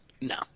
No